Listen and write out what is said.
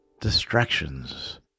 distractions